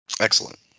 Excellent